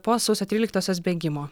po sausio tryliktosios bėgimo